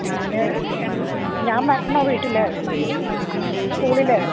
ഞാൻ എൽ ഞാൻ വരണോ വീട്ടിൽ സ്കൂളിൽ